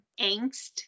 angst